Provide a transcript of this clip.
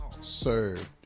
served